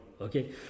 okay